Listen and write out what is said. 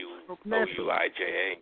O-U-I-J-A